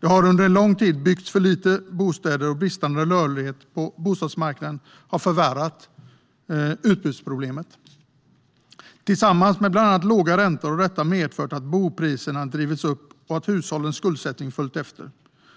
Det har under lång tid byggts för lite bostäder, och bristande rörlighet på bostadsmarknaden har förvärrat utbudsproblemet. Tillsammans med bland annat låga räntor har detta medfört att bopriserna drivits upp och att hushållens skuldsättning följt efter.